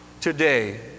today